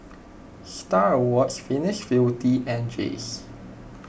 Star Awards Venus Beauty and Jays